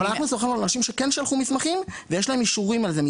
אבל אנחנו שוחחנו על אנשים שכן שלחו מסמכים ויש להם אישורים על זה.